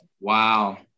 Wow